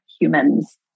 humans